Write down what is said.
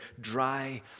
dry